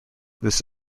this